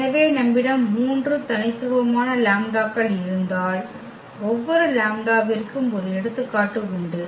எனவே நம்மிடம் 3 தனித்துவமான லாம்ப்டாக்கள் இருந்தால் ஒவ்வொரு லாம்ப்டாவிற்கும் ஒரு எடுத்துக்காட்டு உண்டு